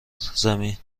زمین